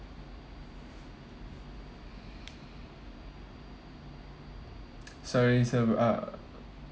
sorry sir uh